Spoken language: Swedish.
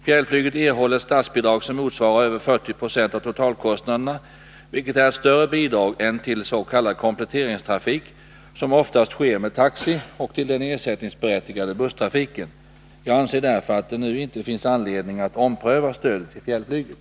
Fjällflyget erhåller ett statsbidrag som motsvarar över 40 90 av totalkostnaderna, vilket är ett större bidrag än till s.k. kompletteringstrafik, som oftast sker med taxi, och till den ersättningsberättigade busstrafiken. Jag anser därför att det nu inte finns anledning att ompröva stödet till fjällflyget.